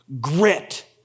grit